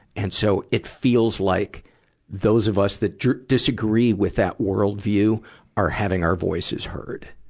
and so, it feels like those of us that disagree with that worldview are having our voices heard.